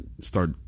start